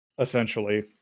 essentially